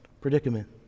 predicament